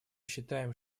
считаем